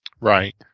Right